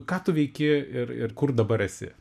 ką tu veiki ir ir kur dabar esi